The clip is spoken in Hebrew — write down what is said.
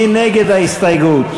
מי נגד ההסתייגות?